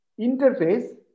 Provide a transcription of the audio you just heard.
interface